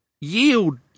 Yield